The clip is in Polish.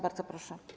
Bardzo proszę.